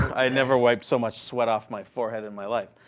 i had never wiped so much sweat off my forehead in my life.